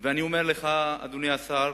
ואני אומר לך, אדוני השר,